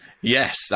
Yes